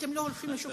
חרדים יש?